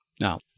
Now